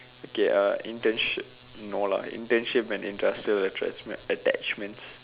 okay internship no lah internship in industrial attach~ attachments